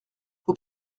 vous